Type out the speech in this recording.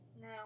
No